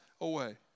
away